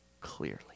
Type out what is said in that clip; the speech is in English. clearly